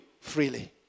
freely